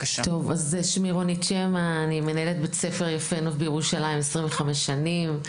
אני מנהלת בית ספר יפה נוף בירושלים, 25 שנים,